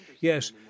Yes